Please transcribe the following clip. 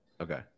Okay